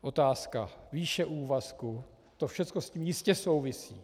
Otázka výše úvazku, to všecko s tím jistě souvisí.